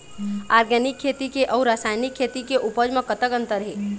Organic खेती के अउ रासायनिक खेती के उपज म कतक अंतर हे?